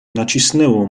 nacisnęło